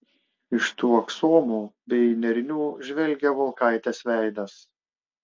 iš tų aksomų bei nėrinių žvelgė volkaitės veidas